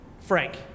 Frank